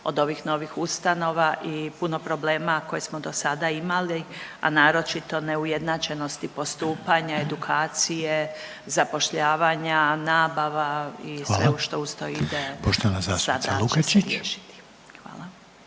od ovih novih ustanova i puno problema koje smo dosada imali, a naročito neujednačenosti postupanja, edukacije, zapošljavanja, nabava i sve …/Upadica: Hvala./… što uz to